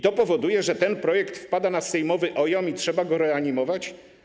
To powoduje, że ten projekt wpada na sejmowy OIOM i trzeba go reanimować.